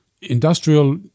Industrial